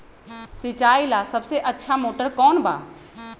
सिंचाई ला सबसे अच्छा मोटर कौन बा?